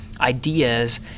ideas